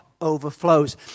overflows